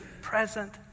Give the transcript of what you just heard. present